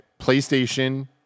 PlayStation